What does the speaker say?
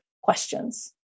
questions